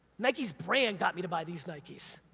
nike's brand got me to buy these nikes.